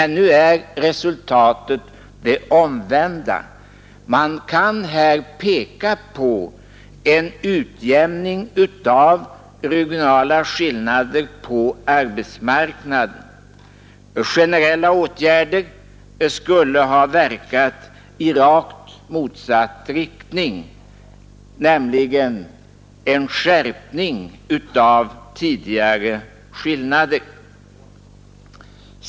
Nu är resultatet det omvända. Man kan här peka på en utjämning av regionala skillnader på arbetsmarknaden. Generella åtgärder skulle ha verkat i rakt motsatt riktning och lett till en skärpning av tidigare skillnader.